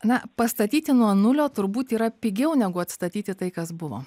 na pastatyti nuo nulio turbūt yra pigiau negu atstatyti tai kas buvo